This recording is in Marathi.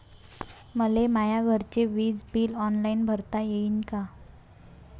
मले माया घरचे विज बिल ऑनलाईन भरता येईन का?